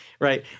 right